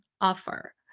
offer